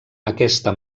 aquesta